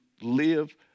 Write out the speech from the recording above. live